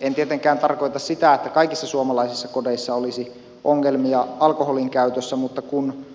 en tietenkään tarkoita sitä että kaikissa suomalaisissa kodeissa olisi ongelmia alkoholinkäytössä mutta kun